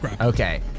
Okay